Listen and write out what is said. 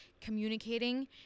communicating